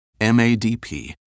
MADP